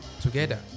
together